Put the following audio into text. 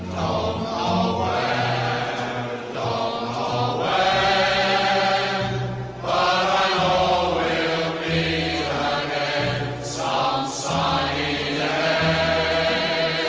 are